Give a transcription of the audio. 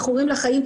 מכורים לחיים,